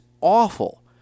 awful